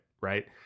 right